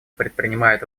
предпринимает